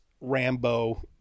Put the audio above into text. rambo